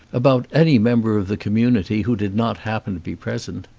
about any member of the community, who did not happen to be present.